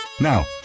Now